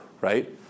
right